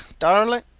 darlint,